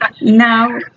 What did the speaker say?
now